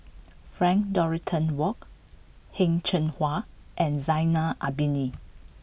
Frank Dorrington Ward Heng Cheng Hwa and Zainal Abidin